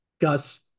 Gus